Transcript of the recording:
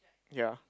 ya